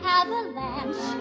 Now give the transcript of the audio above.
avalanche